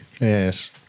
Yes